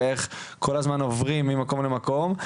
ואיך כל הזמן עוברים ממקום למקום.